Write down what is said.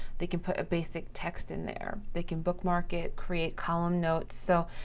they can put a basic text in there. they can bookmark it, create column notes. so,